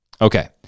Okay